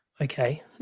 okay